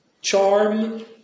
charm